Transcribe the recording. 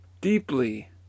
deeply